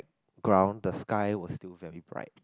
ground the sky was still very bright